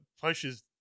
pushes